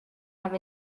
have